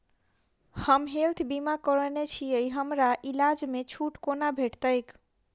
हम हेल्थ बीमा करौने छीयै हमरा इलाज मे छुट कोना भेटतैक?